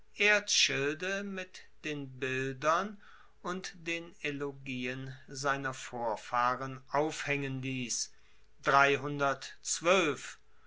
bellona erzschilde mit den bildern und den elogien seiner vorfahren aufhaengen liess